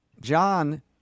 John